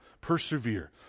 persevere